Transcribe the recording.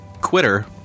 Quitter